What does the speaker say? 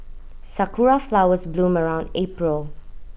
Sakura Flowers bloom around April